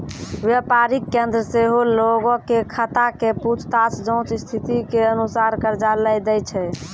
व्यापारिक केन्द्र सेहो लोगो के खाता के पूछताछ जांच स्थिति के अनुसार कर्जा लै दै छै